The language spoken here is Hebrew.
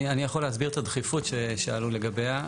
אני יכול להסביר את הדחיפות ששאלו לגביה.